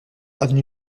avenue